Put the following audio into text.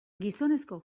gizonezko